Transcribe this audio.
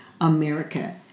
America